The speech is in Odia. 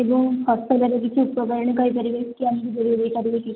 ଏବଂ ହସ୍ତକାର୍ଯ୍ୟ କିଛି ଉପକରଣ କହିପାରିବେ କି ଆମକୁ ଯୋଗେଇ ଦେଇପାରିବେ କି